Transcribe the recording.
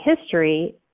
history